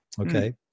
Okay